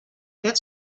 that